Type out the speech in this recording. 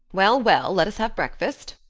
well, well, let us have breakfast,